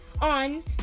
on